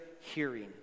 hearing